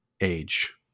age